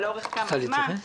ולאורך כמה זמן?